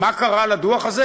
מה קרה לדוח הזה?